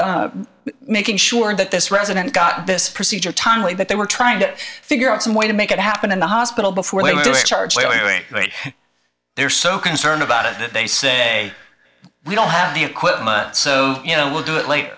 the making sure that this resident got this procedure timely that they were trying to figure out some way to make it happen in the hospital before they were doing charge they're so concerned about it that they say we don't have the equipment so you know we'll do it l